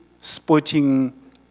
sporting